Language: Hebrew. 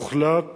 הוחלט